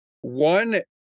One